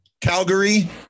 Calgary